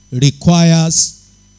requires